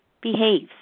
behaves